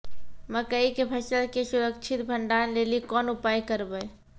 मकई के फसल के सुरक्षित भंडारण लेली कोंन उपाय करबै?